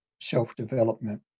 self-development